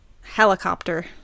helicopter